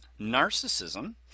narcissism